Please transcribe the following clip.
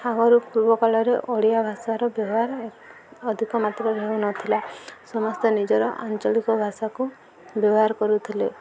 ଆଗରୁ ପୂର୍ବ କାଳରେ ଓଡ଼ିଆ ଭାଷାର ବ୍ୟବହାର ଅଧିକମାତ୍ରାରେ ହଉ ନ ଥିଲା ସମସ୍ତେ ନିଜର ଆଞ୍ଚଳିକ ଭାଷାକୁ ବ୍ୟବହାର କରୁଥିଲେ